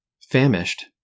Famished